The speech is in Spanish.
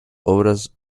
obras